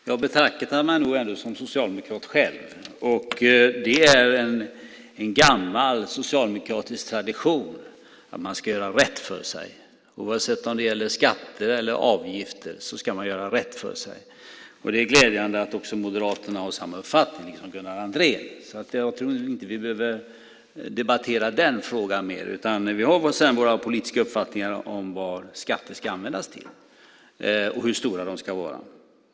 Fru talman! Jag betraktar mig som socialdemokrat själv. Det är en gammal socialdemokratisk tradition att man ska göra rätt för sig. Oavsett om det gäller skatter eller avgifter ska man göra rätt för sig. Det är glädjande att också Moderaterna har samma uppfattning som Gunnar Andrén. Så jag tror inte att vi behöver debattera den frågan mer, utan vi har sedan olika politiska uppfattningar om vad skatterna ska användas till och hur stora de ska vara.